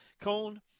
cone